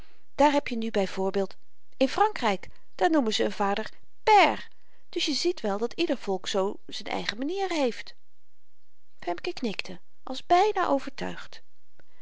daar heb je nu by voorbeeld in frankryk daar noemen ze een vader père dus je ziet wel dat ieder volk zoo z'n eigen manieren heeft femke knikte als byna overtuigd